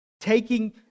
taking